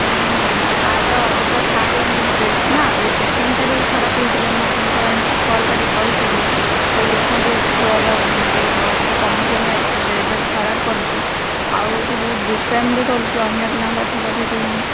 ନାହିଁ ନାହିଁ ଆର ଏଇଟା ଥାର୍ଡ଼ ୟୁନିଟ୍ ଟେଷ୍ଟ ନା ଯେଉଁ ସେକେଣ୍ଡଟାରେ ଖରାପ ହେଇଥିଲା ମୁଁ ଆପଣଙ୍କ ୱାଇଫ୍ଙ୍କୁ କଲ୍ କରିକି କହିଥିଲି ମୁଁ କହିଲି ଦେଖନ୍ତୁ ଛୁଆର ଯେଉଁ ମାର୍କ କମି କମି ଆସୁଛି ରେଜଲ୍ଟ ଖରାପ କରୁଛି ଆଉ ହେଉଛି ବହୁତ ଦୁଷ୍ଟାମି ବି କରୁଛି ଅନ୍ୟ ପିଲାଙ୍କୁ ପାଠ ପଢ଼ାଇ ଦେଉନି